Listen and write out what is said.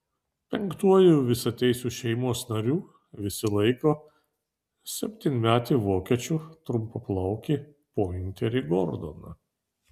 penktuoju visateisiu šeimos nariu visi laiko septynmetį vokiečių trumpaplaukį pointerį gordoną